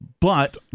But-